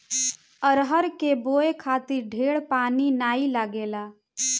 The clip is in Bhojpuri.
अरहर के बोए खातिर ढेर पानी नाइ लागेला